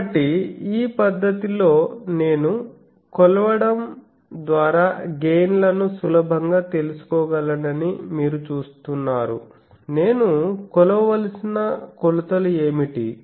కాబట్టి ఈ పద్ధతిలో నేను కొలవడం ద్వారా గెయిన్ లను సులభంగా తెలుసుకోగలనని మీరు చూస్తున్నారు నేను కొలవవలసిన కొలతలు ఏమిటి